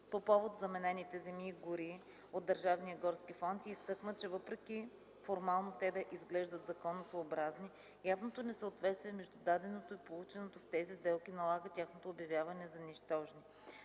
по повод заменените земи и гори от държавния горски фонд и изтъкна, че въпреки формално те да изглеждат законосъобразни, явното несъответствие между даденото и полученото в тези сделки налага тяхното обявяване за нищожни.